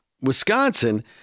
Wisconsin